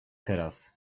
teraz